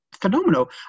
phenomenal